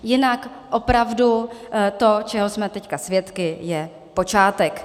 Jinak opravdu to, čeho jsme teď svědky, je počátek.